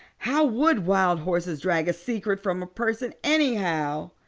how would wild horses drag a secret from a person anyhow?